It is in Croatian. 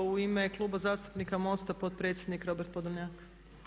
U ime Kluba zastupnika MOST-a potpredsjednik Robert Podolnjak.